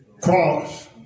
Cross